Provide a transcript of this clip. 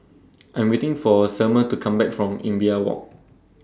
I'm waiting For Selmer to Come Back from Imbiah Walk